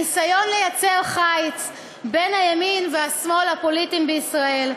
הניסיון ליצור חיץ בין הימין והשמאל הפוליטיים בישראל,